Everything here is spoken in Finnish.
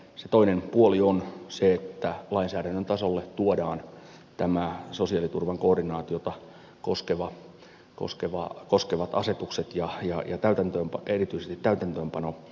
se toinen puoli on se että lainsäädännön tasolle tuodaan sosiaaliturvan koordinaatiota koskevat asetukset ja erityisesti täytäntöönpanoasetus